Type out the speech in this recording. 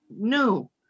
No